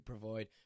provide